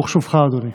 ברוך שובך, אדוני.